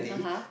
(uh huh)